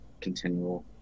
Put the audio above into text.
continual